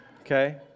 okay